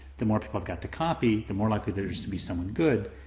the more people i've got to copy, the more likely there is to be someone good,